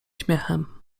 śmiechem